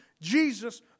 Jesus